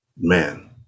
Man